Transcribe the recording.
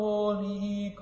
Holy